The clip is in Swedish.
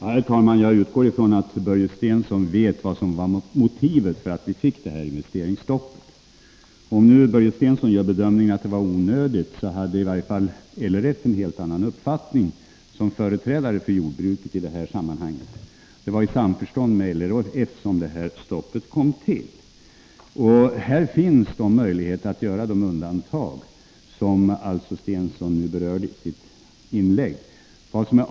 Herr talman! Jag utgår från att Börje Stensson vet vad som var motivet till att vi fick detta investeringsstopp. Om nu Börje Stensson gör bedömningen att det var onödigt, hade i varje fall LRF en helt annan uppfattning såsom företrädare för jordbruket i det här sammanhanget. Det var i samförstånd med LRF som stoppet kom till. Det finns möjlighet att göra de undantag som Börje Stensson berörde i sitt inlägg.